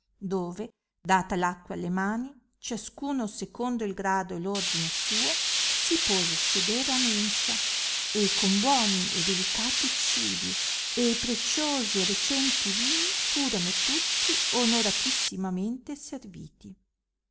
dove data l acqua alle mani ciascuno secondo il grado e ordine suo si pose a sedere a mensa e con buoni e delicati cibi e preciosi e recenti vini furono tutti onoratissimamente serviti